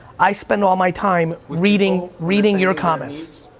i spent all my time reading reading your comments.